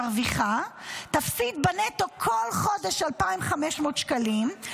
תפסיד בנטו כל חודש 2,500 שקלים,